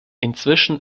inzwischen